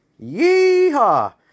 Yeehaw